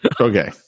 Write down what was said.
okay